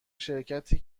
شرکتی